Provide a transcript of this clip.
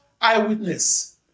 eyewitness